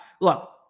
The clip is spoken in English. look